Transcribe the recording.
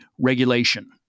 regulation